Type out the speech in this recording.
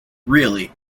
really